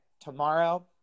tomorrow